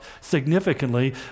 significantly